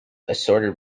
assorted